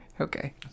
Okay